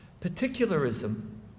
Particularism